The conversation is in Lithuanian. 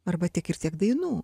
arba tiek ir tiek dainų